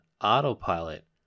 autopilot